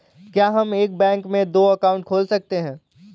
क्या हम एक बैंक में दो अकाउंट खोल सकते हैं?